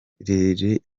lil